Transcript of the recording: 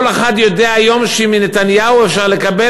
כל אחד יודע היום שמנתניהו אפשר לקבל